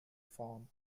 farm